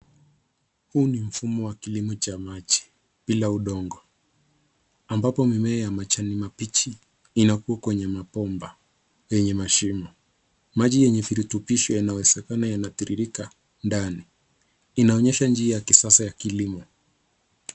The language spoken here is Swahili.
Huu ni mfumo wa kilimo cha maji bila udongo, ambapo mimea ya majani mabichi inakua kwenye mabomba yenye mashimo. Maji yenye virutubisho yanawezekana yanatiririka ndani. Inaonyesha njia ya kisasa ya kilimo.